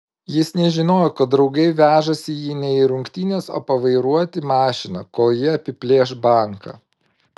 jis nežinojo kad draugai vežasi jį ne į rungtynes o pavairuoti mašiną kol jie apiplėš banką